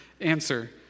answer